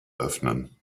öffnen